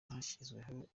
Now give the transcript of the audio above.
hashyizweho